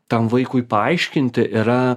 tam vaikui paaiškinti yra